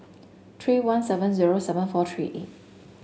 three one seven zero seven four three eight